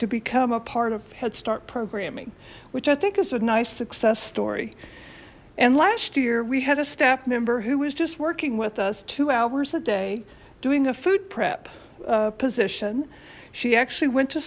to become a part of head start programming which i think is a nice success story and last year we had a staff member who was just working with us two hours a day doing a food prep position she actually went to